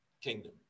kingdom